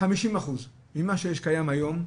50% ממה שקיים היום,